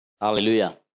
Hallelujah